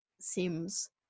seems